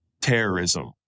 terrorism